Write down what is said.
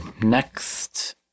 Next